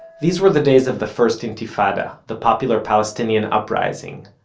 these were the days of the first intifada, the popular palestinian uprising,